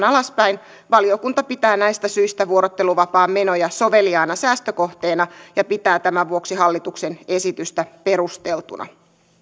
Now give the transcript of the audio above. alaspäin valiokunta pitää näistä syistä vuorotteluvapaan menoja soveliaana säästökohteena ja pitää tämän vuoksi hallituksen esitystä perusteltuna